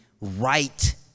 right